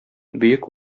бөек